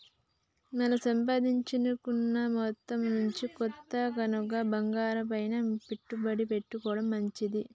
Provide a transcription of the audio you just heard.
మన సంపాదించుకున్న మొత్తం నుంచి కొంత గనక బంగారంపైన పెట్టుబడి పెట్టుకోడం మంచిది